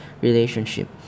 relationship